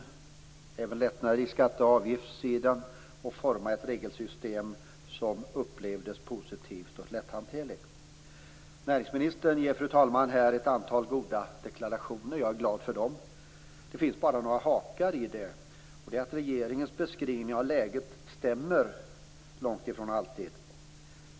Jag efterlyste även lättnader på skatte och avgiftssidan och ett regelsystem som upplevdes som positivt och lätthanterligt. Näringsministern gör, fru talman, ett antal goda deklarationer. Jag är glad för dem. Det finns bara några hakar. Det är att regeringens beskrivning av läget långt ifrån alltid stämmer.